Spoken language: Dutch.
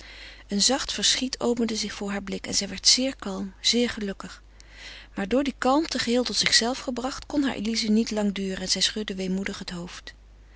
een zacht verschiet opende zich voor haar blik en zij werd zeer kalm zeer gelukkig maar door die kalmte geheel tot zichzelve gebracht kon hare illuzie niet lang duren en zij schudde weemoedig het hoofd